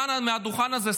כאן מהדוכן הזה,